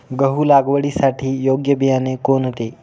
गहू लागवडीसाठी योग्य बियाणे कोणते?